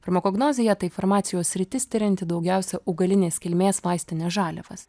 farmakognozija tai farmacijos sritis tirianti daugiausiai augalinės kilmės vaistines žaliavas